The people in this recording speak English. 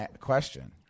question